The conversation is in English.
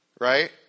Right